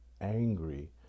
angry